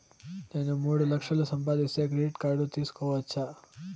నేను మూడు లక్షలు సంపాదిస్తే క్రెడిట్ కార్డు తీసుకోవచ్చా?